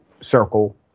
circle